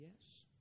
yes